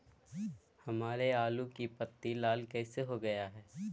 हमारे आलू की पत्ती लाल कैसे हो गया है?